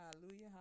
Hallelujah